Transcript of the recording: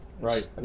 right